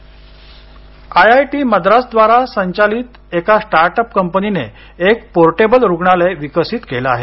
Medicab IIT Madras द्वारा संचालित एका स्टार्टअप कंपनीने एक पोर्टेबल रुग्णालय विकसित केलं आहे